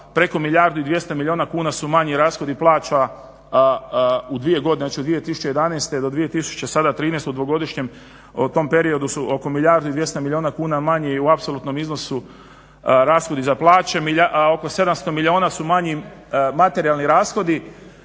preko milijardu i 200 milijuna kuna su manji rashodi plaća u dvije godine znači od 2011.do 2013.dvogodišnjem u tom periodu su oko milijardu i 200 milijuna kuna manji i u apsolutnom iznosu rashodi za plaće, a oko 700 milijuna su manji materijalni rashodi